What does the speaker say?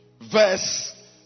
verse